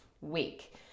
week